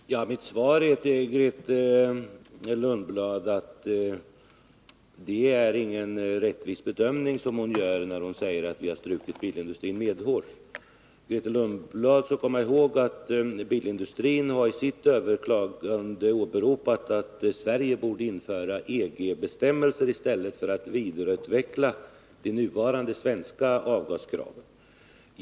Herr talman! Mitt svar till Grethe Lundblad är att det inte är någon rättvis bedömning som hon gör, när hon säger att vi har strukit bilindustrin medhårs. Grethe Lundblad skall komma ihåg att bilindustrin i sitt överklagande har åberopat att Sverige borde införa EG:s bestämmelser i stället för att vidareutveckla de nuvarande svenska avgaskraven.